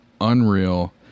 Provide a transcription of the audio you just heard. unreal